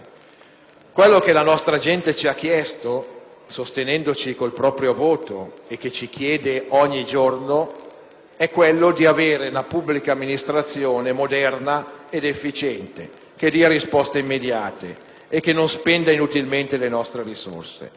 Quello che la nostra gente ci ha chiesto, sostenendoci con il proprio voto, e che ci chiede ogni giorno è di avere una pubblica amministrazione moderna ed efficiente, che dia risposte immediate e che non spenda inutilmente le nostre risorse.